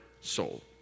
soul